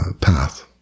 path